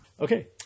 Okay